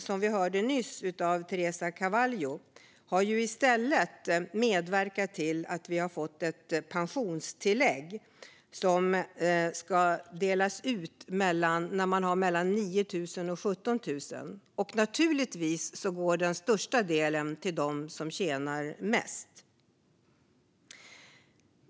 Som vi hörde nyss av Teresa Carlvalho har regeringen i stället medverkat till att vi har fått ett pensionstillägg som ska betalas ut till dem som har en inkomst på 9 000-17 000 kronor, och naturligtvis går den största delen till dem som tjänar mest.